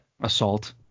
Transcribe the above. Assault